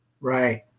Right